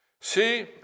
See